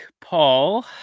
Paul